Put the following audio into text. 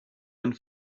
and